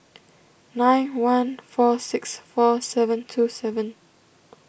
nine one four six four seven two seven